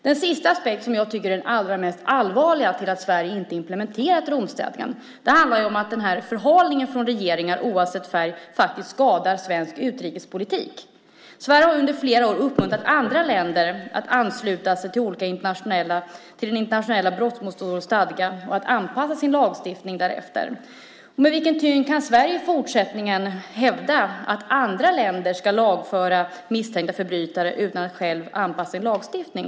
Den sista och i mitt tycke allvarligaste aspekten av att Sverige inte har implementerat Romstadgan handlar om att denna förhalning från regeringar, oavsett färg, faktiskt skadar svensk utrikespolitik. Sverige har under flera år uppmuntrat andra länder att ansluta sig till olika internationella stadgar och till den internationella brottmålsdomstolen och att anpassa sin lagstiftning därefter. Med vilken tyngd kan Sverige i fortsättningen hävda att andra länder ska lagföra misstänkta förbrytare om vi inte själva anpassar vår lagstiftning?